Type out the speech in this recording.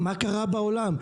מה קרה בעולם?